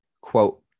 Quote